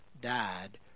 died